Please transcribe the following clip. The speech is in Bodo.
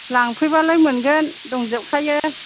लांफैबालाय मोनगोन दंजोबखायो